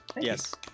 Yes